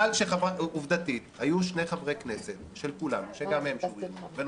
בשונה מחברת הכנסת טלי פלוסקוב